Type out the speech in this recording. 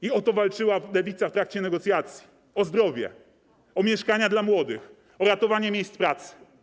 I o to walczyła Lewica w trakcie negocjacji, o zdrowie, o mieszkania dla młodych, o ratowanie miejsc pracy.